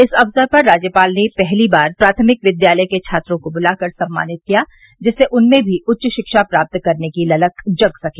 इस अवसर पर राज्यपाल ने पहली बार प्राथमिक विद्यालय के छात्रों को बुलाकर सम्मानित किया जिससे उनमें भी उच्च शिक्षा प्राप्त करने की ललक जग सके